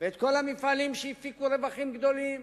ואת כל המפעלים שהפיקו רווחים גדולים